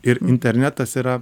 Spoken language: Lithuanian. ir internetas yra